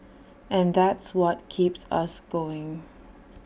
and that's what keeps us going